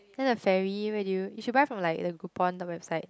then the ferry where did you you should buy from like the Groupon the website